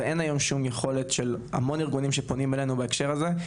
ואין היום שום יכולת של המון ארגונים שפונים אלינו בהקשר הזה,